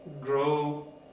grow